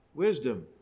Wisdom